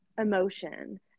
emotion